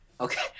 Okay